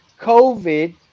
COVID